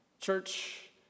Church